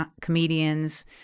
comedians